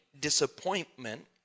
disappointment